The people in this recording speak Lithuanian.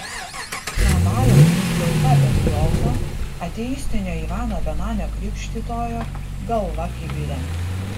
tramvajaus nupjauta berliozo ateistinio ivano benamio krikštytojo galva kibire